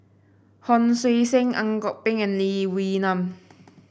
Hon Sui Sen Ang Kok Peng and Lee Wee Nam